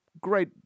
great